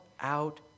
out